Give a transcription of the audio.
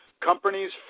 companies